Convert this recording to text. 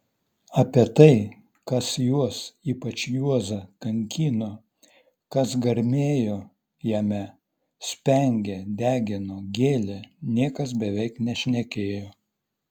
apie tai kas juos ypač juozą kankino kas garmėjo jame spengė degino gėlė niekas beveik nešnekėjo